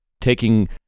taking